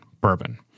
bourbon